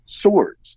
swords